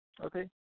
Okay